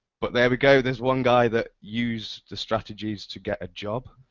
but there we go there's one guy that used the strategies to get a job.